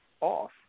off